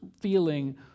feeling